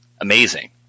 amazing